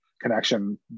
connection